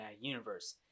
Universe